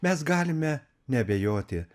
mes galime neabejoti